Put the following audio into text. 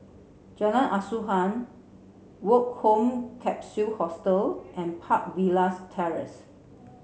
Jalan Asuhan Woke Home Capsule Hostel and Park Villas Terrace